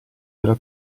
della